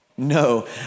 No